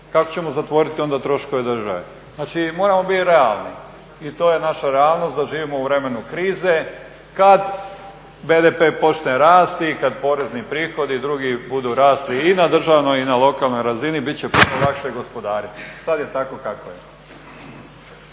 kako ćemo zatvoriti onda troškove države? Znači moramo biti realni i to je naša realnost da živimo u vremenu krize, kad BDP počne rasti i kad porezni prihodi i drugi budu rasli i na državnoj i na lokalnoj razini bit će puno lakše gospodariti. Sad je tako kako je.